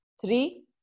Three